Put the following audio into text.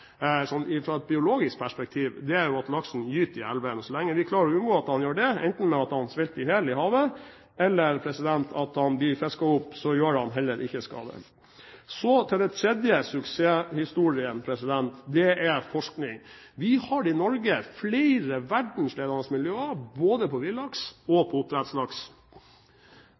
at laksen gyter i elven, og så lenge vi klarer å unngå at den gjør det, enten ved at den sulter i hjel i havet, eller at den blir fisket opp, så gjør den heller ikke skade. Så til den tredje suksesshistorien. Det er forskning. Vi har i Norge flere verdensledende miljøer, både knyttet til villaks og oppdrettslaks.